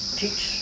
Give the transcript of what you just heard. teach